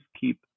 keep